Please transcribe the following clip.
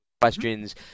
questions